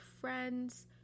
friends